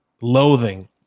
loathing